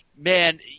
Man